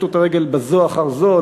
פשטו את הרגל בזו אחר זו.